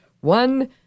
one